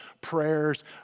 prayers